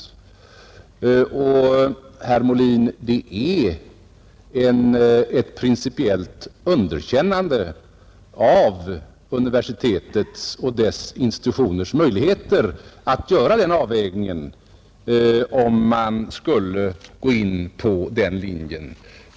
Och det är, herr Molin, ett principiellt underkännande av universitetets och dess institutioners möjligheter att göra den avvägningen, om man skulle gå på den linje som herr Molin här förordar.